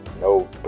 No